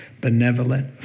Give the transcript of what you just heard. benevolent